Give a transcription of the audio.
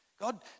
God